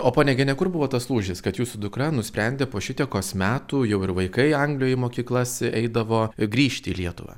o ponia gene kur buvo tas lūžis kad jūsų dukra nusprendė po šitiekos metų jau ir vaikai anglijoj mokyklas eidavo grįžti į lietuvą